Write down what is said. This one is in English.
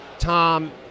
Tom